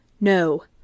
No